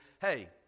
hey